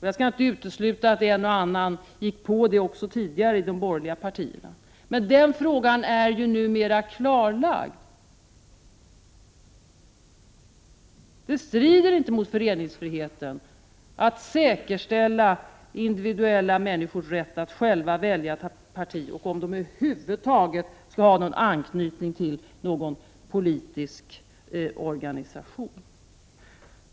Jag skall inte utesluta att en och annan också i de borgerliga partierna tidigare gick på den myten. Men den frågan är numera klarlagd — det strider inte mot föreningsfriheten att säkerställa individuella människors rätt att själva välja om de över huvud taget skall ha anknytning till någon politisk organisation och att då själva välja parti.